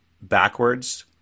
backwards